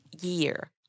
year